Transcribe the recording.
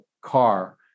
car